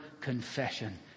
confession